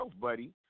buddy